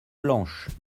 blanches